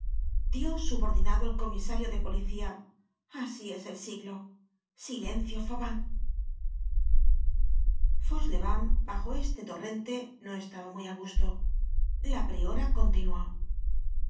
dios subordinado al comisario de policía asi es el siglo i silencio fauvent content from google book search generated at fauchelevent bajo este torrente no estaba muy á su gusto la priora continuó